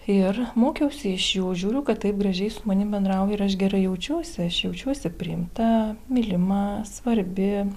ir mokiausi iš jų žiūriu kad taip gražiai su manim bendrauja ir aš gerai jaučiuosi aš jaučiuosi priimta mylima svarbi